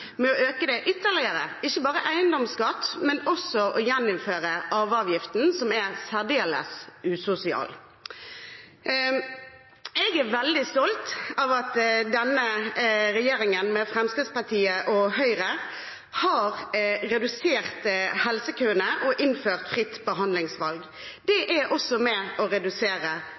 til å øke dem ytterligere, ikke bare eiendomsskatten, men også ved å gjeninnføre arveavgiften, som er særdeles usosial. Jeg er veldig stolt over at denne regjeringen, med Fremskrittspartiet og Høyre, har redusert helsekøene og innført fritt behandlingsvalg. Det er også med på å redusere